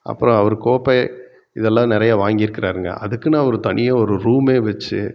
அப்புறம் அவர் கோப்பை இதெல்லாம் நிறையா வாங்கிருக்கிறாருங்க அதுக்குன்னு அவர் தனியாக ஒரு ரூமே வச்சு